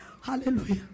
Hallelujah